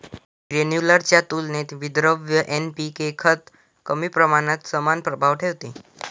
granular च्या तुलनेत विद्रव्य एन.पी.के खत कमी प्रमाणात समान प्रभाव ठेवते